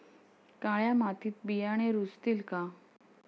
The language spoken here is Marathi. काळ्या मातीत बियाणे रुजतील का?